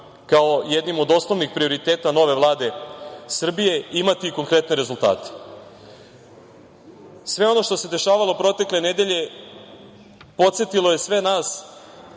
kao jednim od osnovnih prioriteta nove Vlade Srbije imati konkretne rezultate. Sve ono što se dešavalo protekle nedelje podsetilo je sve nas